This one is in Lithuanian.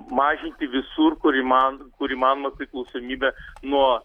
mažinti visur kur įman kur įmanoma priklausomybę nuo